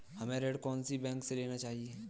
हमें ऋण कौन सी बैंक से लेना चाहिए?